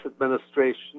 administration